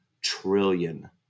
trillion